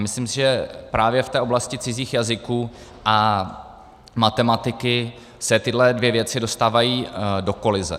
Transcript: Myslím si, že právě v oblasti cizích jazyků a matematiky se tyhle věci dostávají do kolize.